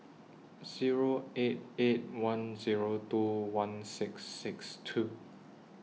Zero eight eight one Zero two one six six two